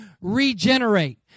regenerate